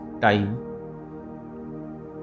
time